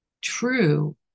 true